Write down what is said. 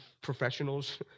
professionals